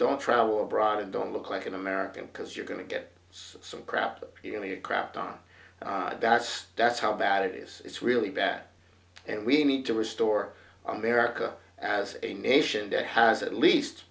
don't travel abroad and don't look like an american because you're going to get some crap crap done that's that's how bad it is it's really bad and we need to restore america as a nation that has at least